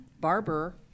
barber